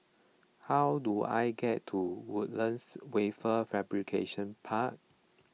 how do I get to Woodlands Wafer Fabrication Park